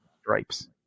stripes